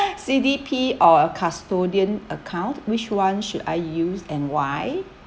C_D_P or a custodian account which one should I use and why